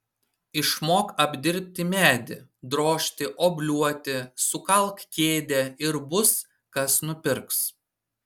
išmok apdirbti medį drožti obliuoti sukalk kėdę ir bus kas nupirks